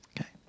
Okay